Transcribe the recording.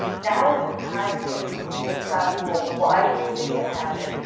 now is the time to discuss, well, why do you think it happened?